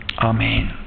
Amen